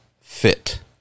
fit